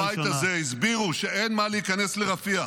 בזמן שרבים בבית הזה הסבירו שאין מה להיכנס לרפיח,